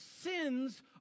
sins